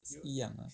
一样 lah